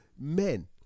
men